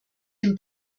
dem